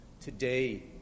today